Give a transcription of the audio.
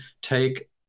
take